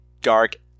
dark